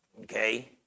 Okay